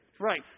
right